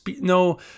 no